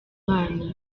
mwana